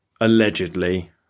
allegedly